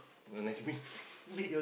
no next week